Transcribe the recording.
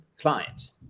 client